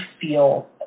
feel